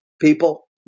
people